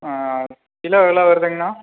kilo எவ்வளோ வருதுங்கண்ணா